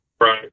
Right